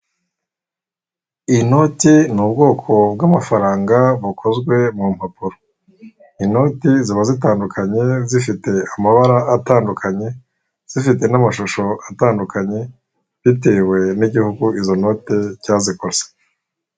Iyi noti ni ubwoko bw'amafaranga bukozwe mu mpapuro, inoti ziba zitandukanye zifite amabara atandukanye, zifite n'amashusho atandukanye, bitewe n'igihugu izo note cyazikoze.